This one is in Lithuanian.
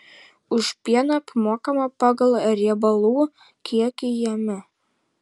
už pieną apmokama pagal riebalų kiekį jame